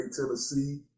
Tennessee